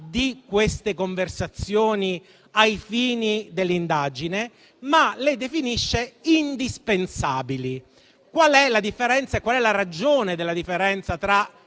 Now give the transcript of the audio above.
di queste conversazioni ai fini dell'indagine, ma le definisce indispensabili. La differenza - e la ragione della differenza - tra